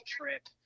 trip